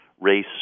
race